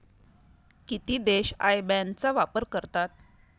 किती देश IBAN चा वापर करतात?